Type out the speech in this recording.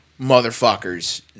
Motherfuckers